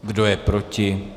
Kdo je proti?